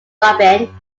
robyn